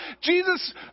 Jesus